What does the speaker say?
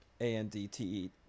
a-n-d-t-e